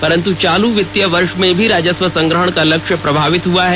परंतु चालू वित्तीय वर्ष में भी राजस्व संग्रहण का लक्ष्य प्रभावित हुआ है